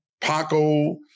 Paco